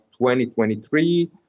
2023